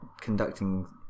conducting